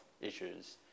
issues